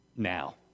Now